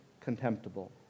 contemptible